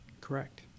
Correct